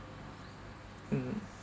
mm